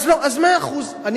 אבל החוק הוא לא חוק גרוניס.